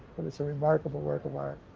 but it's a remarkable work of art.